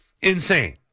insane